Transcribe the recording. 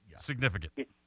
significant